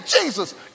Jesus